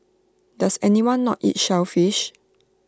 does anyone not eat shellfish